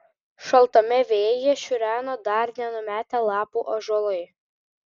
šaltame vėjyje šiureno dar nenumetę lapų ąžuolai